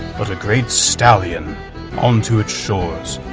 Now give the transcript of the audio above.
but a great stallion onto its shores.